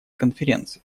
конференции